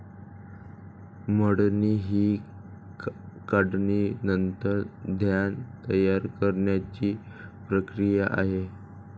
मळणी ही काढणीनंतर धान्य तयार करण्याची प्रक्रिया आहे